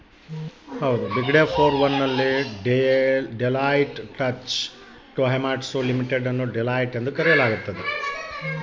ಬಿಗ್ಡೆ four one ನಲ್ಲಿ Deloitte Touche Tohmatsu Limited ಅನ್ನು Deloitte ಎಂದು ಕರೆಯಲಾಗ್ತದ